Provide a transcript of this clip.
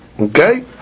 Okay